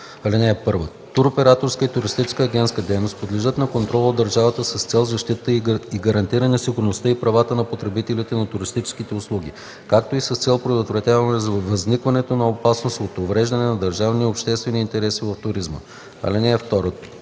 61. (1) Туроператорската и туристическата агентска дейност подлежат на контрол от държавата с цел защита и гарантиране сигурността и правата на потребителите на туристически услуги, както и с цел предотвратяване възникването на опасност от увреждане на държавни и обществени интереси в туризма. (2)